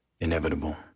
Inevitable